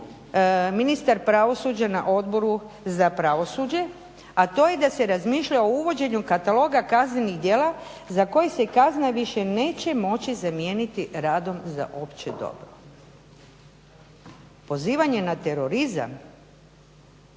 ministar pravosuđa na Odboru za pravosuđe, a to je da se razmišlja o uvođenju kataloga kaznenih djela za koji se kazna više neće moći zamijeniti radom za opće dobro. Pozivanje na terorizam,